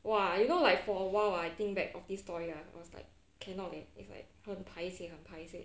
!wah! you know like for awhile I think back of this story lah I was like cannot leh it's like 很 paiseh 很 paiseh